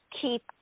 keep